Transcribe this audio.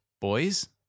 Boys